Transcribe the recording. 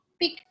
pick